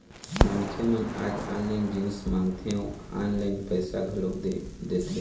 मनखे मन आज ऑनलाइन जिनिस मंगाथे अउ ऑनलाइन पइसा घलोक दे देथे